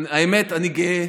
האמת, אני גאה,